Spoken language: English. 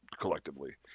collectively